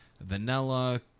vanilla